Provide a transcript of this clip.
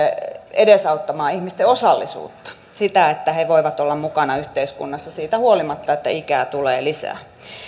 edesauttamaan ihmisten osallisuutta sitä että he voivat olla mukana yhteiskunnassa siitä huolimatta että ikää tulee lisää